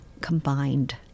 combined